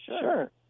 Sure